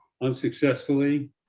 unsuccessfully